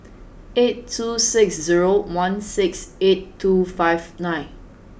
eight two six zero one six eight two five nine